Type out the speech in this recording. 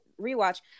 rewatch